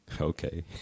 Okay